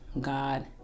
God